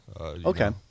Okay